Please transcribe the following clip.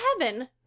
heaven